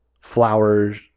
flowers